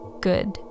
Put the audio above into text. good